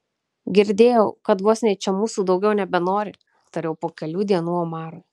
girdėjau kad bosniai čia mūsų daugiau nebenori tariau po kelių dienų omarui